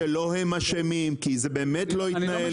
שהם לא אשמים, כי זה באמת לא התנהל כעסק.